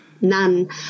None